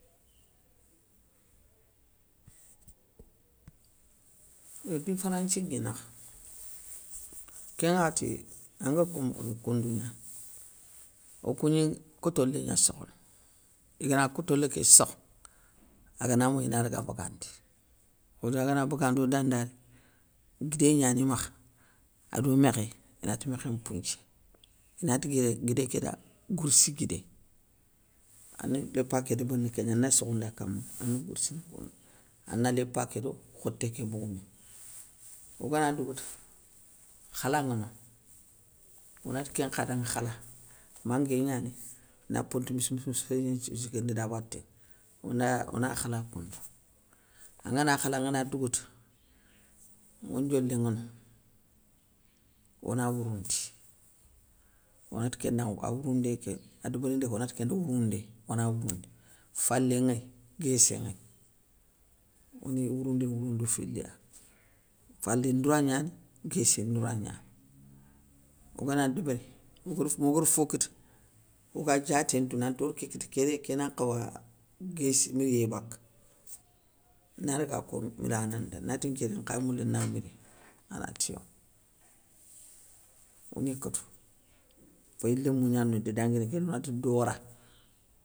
Yo différanthi ŋi nakha. Kén ŋakhati, an gari ko mokhobé koundou gnani, okou gni, kotolé gna sokhono, igana kotolé ké sokho, agana moyi, inadaga bagandi, odagana bagandi odanda ri, guidé gnani makha, ado mékhé inati mékhén mpounthié, ina tégué, guidé da gourssi guidé, ani lépa ké débérini kégna ana sokhounda kama, ana gourssini koundou gna. Ana lépa, kédo khoté ké bogoumé. Ogana dougouta, khala ŋa no, onati kén nkha danŋa khala, mangué gnani, na ponte miss miss misso nthiguindi da baténŋa, onda ona khala mponto. Angana khala angana dougoute, ŋondioliŋano, ona wouroundi, onati kén danŋa awouroundé ké, a débérindé ké onati kén ndanŋa wouroundé, ona wouroundi, falé nŋéy, guéssé nŋéy, oni wouroundi, wourooundi filiya, fali ndouragnani, guésséndoura gnani, ogana débéri, mogar mogar fo kita, oga diaté ntou nanto ri ké kita kédé ké nan nkhawa, guéssi miriyé baka, ina daga kobi ida na ri, nati nké dé nkhay mouli na miri, ana ti yo. Oni kotou, féyi lémou gnani no inte fanguini kéta onati dora.